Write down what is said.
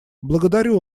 благодарю